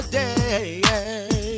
day